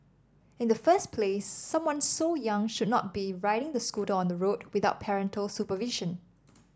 in the first place someone so young should not be riding the scooter on the road without parental supervision